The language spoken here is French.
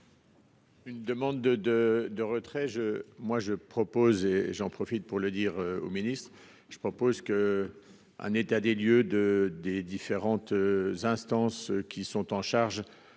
Une demande de de de retrait je moi je propose et j'en profite pour le dire au ministre, je propose qu'. Un état des lieux de des différentes. Instances qui sont en charge